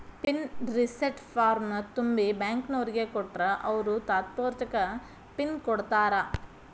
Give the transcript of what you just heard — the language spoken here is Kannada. ಪಿನ್ ರಿಸೆಟ್ ಫಾರ್ಮ್ನ ತುಂಬಿ ಬ್ಯಾಂಕ್ನೋರಿಗ್ ಕೊಟ್ರ ಅವ್ರು ತಾತ್ಪೂರ್ತೆಕ ಪಿನ್ ಕೊಡ್ತಾರಾ